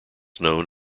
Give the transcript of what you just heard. known